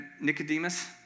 Nicodemus